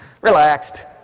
Relaxed